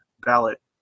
ballot